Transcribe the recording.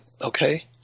Okay